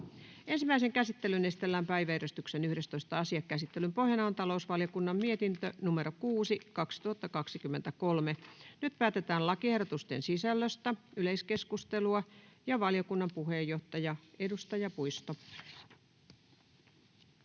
Ensimmäiseen käsittelyyn esitellään päiväjärjestyksen 11. asia. Käsittelyn pohjana on talousvaliokunnan mietintö TaVM 6/2023 vp. Nyt päätetään lakiehdotusten sisällöstä. — Yleiskeskustelua, valiokunnan puheenjohtaja, edustaja Puisto.